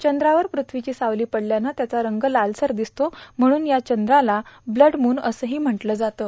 चंद्रावर पृथ्वीची सावती पडल्यानं त्याचा रंग लालसर दिसतो म्हणून या चंद्राला ब्लड मून असंही म्हटलं जातं